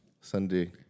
Sunday